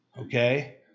Okay